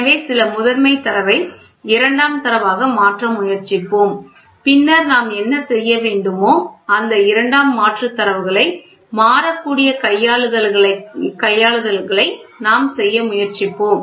எனவே சில முதன்மைத் தரவை இரண்டாம் தரவாக மாற்ற முயற்சிப்போம் பின்னர் நாம் என்ன செய்ய வேண்டுமோ அந்த இரண்டாம் மாற்று தரவுகளை மாறக்கூடிய கையாளுதல்களை நாம் செய்ய முயற்சிக்கிறோம்